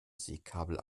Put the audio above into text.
seekabel